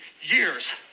years